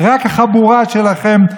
רק החבורה שלכם,